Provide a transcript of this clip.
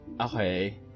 Okay